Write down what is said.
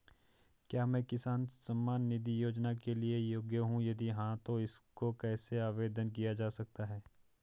क्या मैं किसान सम्मान निधि योजना के लिए योग्य हूँ यदि हाँ तो इसको कैसे आवेदन किया जा सकता है?